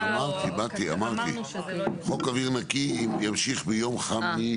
אמרתי, חוק אוויר נקי ימשיך ביום חמישי.